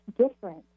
different